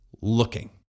looking